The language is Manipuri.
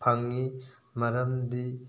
ꯐꯪꯉꯤ ꯃꯔꯝꯗꯤ